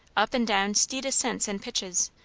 up and down steep ascents and pitches,